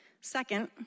Second